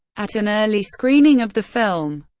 at an early screening of the film,